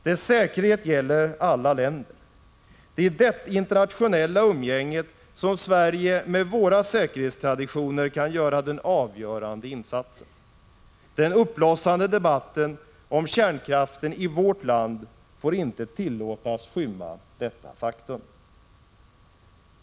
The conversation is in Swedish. Dess säkerhet gäller alla länder. Det är i det internationella umgänget som Sverige, med våra säkerhetstraditioner, kan göra den avgörande insatsen. Den uppblossande debatten om kärnkraften i vårt land får inte tillåtas skymma detta faktum.